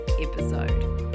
episode